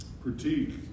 critique